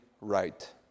right